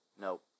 Nope